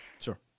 Sure